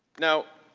now,